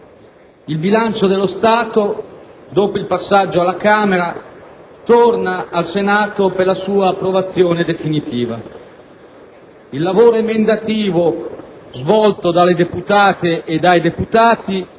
il bilancio dello Stato, dopo il passaggio alla Camera, torna al Senato per la sua approvazione definitiva. Il lavoro emendativo svolto dalle deputate e dai deputati